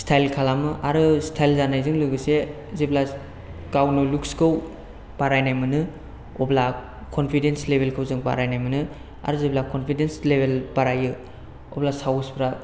style खालामो आरो style जानायजों लोगोसे जेब्ला गावनो लुक्स खौ बारायनाय मोनो अब्ला कनफिडेन्स लेबेलखौ जों बारायनाय मोनो आरो जेब्ला कनफिडेन्स लेबेल बारायो अब्ला साहसफ्रा